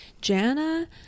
Jana